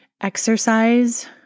Exercise